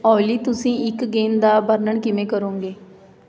oily ਤੁਸੀਂ ਇੱਕ ਗੇਂਦ ਦਾ ਵਰਣਨ ਕਿਵੇਂ ਕਰੋਗੇ